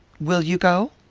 will you go?